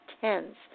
tens